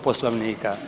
Poslovnika.